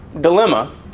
dilemma